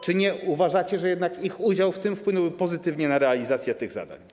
Czy nie uważacie, że jednak ich udział w tym wpłynąłby pozytywnie na realizację tych zadań?